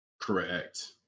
Correct